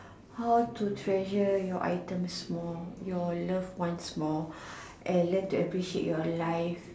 how to treasure your items more your loved ones more and learn to appreciate your life